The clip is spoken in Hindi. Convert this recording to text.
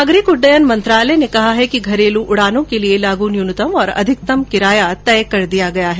नागरिक उड्डयन मंत्रालय ने कहा है कि घरेलू उड़ानों के लिए लागू न्यूनतम और अधिकतम किराया निर्धारित कर दिया गया है